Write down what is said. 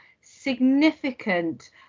significant